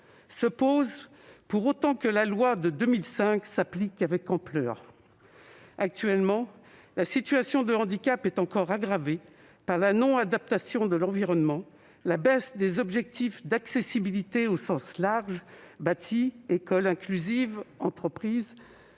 se pose pour autant que la loi de 2005 s'applique avec ampleur. Or, actuellement, la situation de handicap est encore aggravée par la non-adaptation de l'environnement et la baisse des objectifs d'accessibilité au sens large- le bâti, l'école inclusive, l'entreprise,